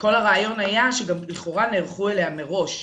וכל הרעיון היה שלכאורה נערכו אליה מראש.